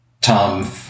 Tom